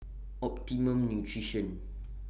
Optimum Nutrition